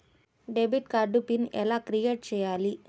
Debit card PIN ఎలా create చెయ్యాలి?